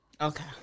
Okay